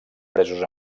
presos